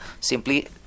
simply